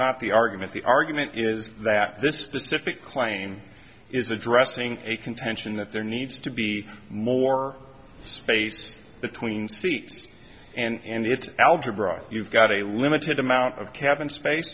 not the argument the argument is that this specific claim is addressing a contention that there needs to be more space between seats and its algebra you've got a limited amount of cap and space